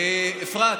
אפרת,